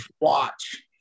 watch